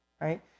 right